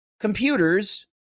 computers